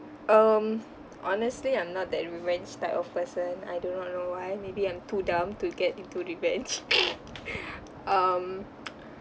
um honestly I'm not that revenge type of person I do not know why maybe I'm too dumb to get into revenge um